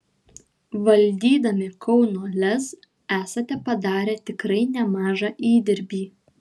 valdydami kauno lez esate padarę tikrai nemažą įdirbį